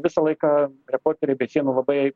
visą laiką reporteriai be sienų labai